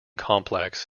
complex